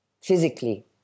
Physically